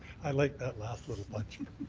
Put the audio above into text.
i like that last little bunch.